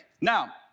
Now